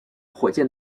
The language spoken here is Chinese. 火箭